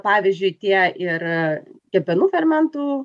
pavyzdžiui tie ir kepenų fermentų